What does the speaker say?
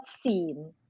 seen